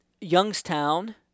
Youngstown